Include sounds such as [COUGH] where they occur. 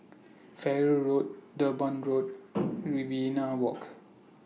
Farrer Road Durban Road [NOISE] Riverina Walk